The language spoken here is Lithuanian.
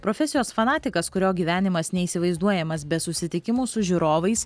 profesijos fanatikas kurio gyvenimas neįsivaizduojamas be susitikimų su žiūrovais